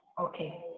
Okay